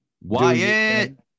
Wyatt